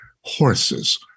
horses